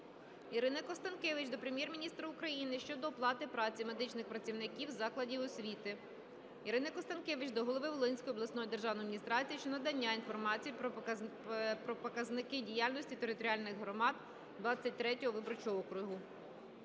Ірини Констанкевич до Прем'єр-міністра України щодо оплати праці медичних працівників закладів освіти. Ірини Констанкевич до голови Волинської обласної державної адміністрації щодо надання інформації про показники діяльності територіальних громад 23 виборчого округу.